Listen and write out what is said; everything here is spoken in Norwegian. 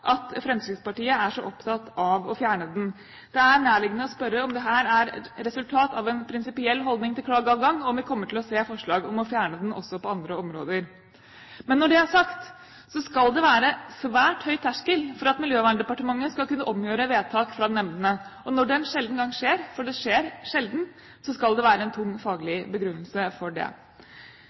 at Fremskrittspartiet er så opptatt av å fjerne klageadgangen. Det er nærliggende å spørre om dette er et resultat av en prinsipiell holdning til klageadgang, og om vi kommer til å se forslag om å fjerne den også på andre områder. Men når det er sagt, vil jeg si at det skal være svært høy terskel for at Miljøverndepartementet skal kunne omgjøre vedtak fra nemndene. Når det en sjelden gang skjer – for det skjer sjelden – skal det være en tungt faglig begrunnelse for det.